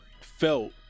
felt